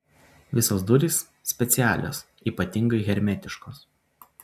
visos durys specialios ypatingai hermetiškos